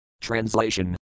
Translation